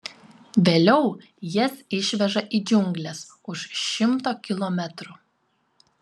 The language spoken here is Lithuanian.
vėliau jas išveža į džiungles už šimto kilometrų